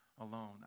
alone